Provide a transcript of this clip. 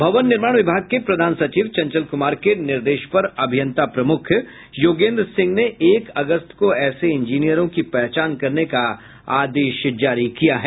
भवन निर्माण विभाग के प्रधान सचिव चंचल कुमार के निर्देश पर अभियंता प्रमुख योगेन्द्र सिंह ने एक अगस्त को ऐसे इंजीनियरों की पहचान करने का आदेश जारी किया है